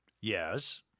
Yes